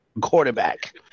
quarterback